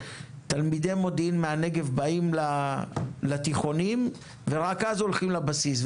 שתלמידי מודיעין מהנגב באים לתיכונים ורק אז הולכים לבסיס.